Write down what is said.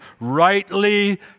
Rightly